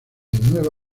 nueva